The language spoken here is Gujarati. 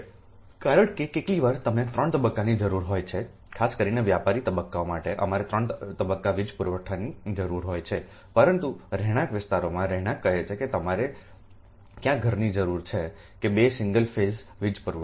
કારણ કે કેટલીકવાર તમને 3 તબક્કાની જરૂર હોય છે ખાસ કરીને વ્યાપારી તબક્કાઓ માટેઅમારે3 તબક્કા વીજ પુરવઠોની જરૂર હોય છે પરંતુ રહેણાંક વિસ્તારોમાં રહેણાંક કહે છે કે તમારે કયા ઘરની જરૂર છે 2 સિંગલ ફેઝ વીજ પુરવઠો